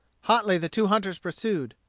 hotly the two hunters pursued.